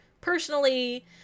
personally